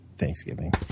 Thanksgiving